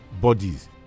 bodies